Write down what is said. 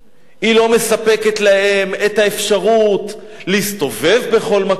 היא לא מספקת להם את האפשרות להסתובב בכל מקום,